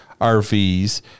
RVs